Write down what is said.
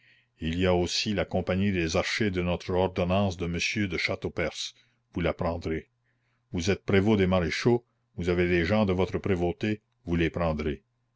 il y a aussi la compagnie des archers de notre ordonnance de monsieur de châteaupers vous la prendrez vous êtes prévôt des maréchaux vous avez les gens de votre prévôté vous les prendrez